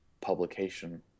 publication